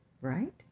right